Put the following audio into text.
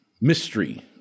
mystery